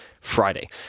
Friday